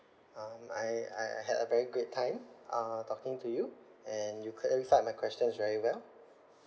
um I I had a very good time uh talking to you and you clarified my questions very well